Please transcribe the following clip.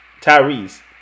Tyrese